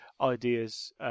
ideas